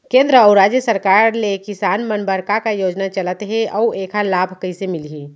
केंद्र अऊ राज्य सरकार ले किसान मन बर का का योजना चलत हे अऊ एखर लाभ कइसे मिलही?